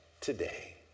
today